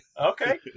Okay